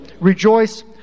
Rejoice